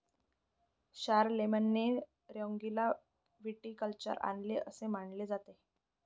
शारलेमेनने रिंगौला व्हिटिकल्चर आणले असे मानले जाते